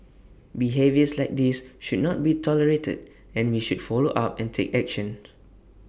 behaviours like this should not be tolerated and we should follow up and take action